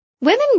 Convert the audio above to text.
Women